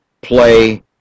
play